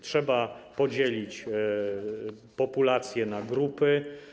Trzeba podzielić populację na grupy.